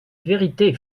vérité